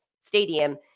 stadium